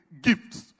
gifts